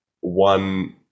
one